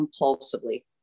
compulsively